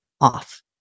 off